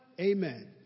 Amen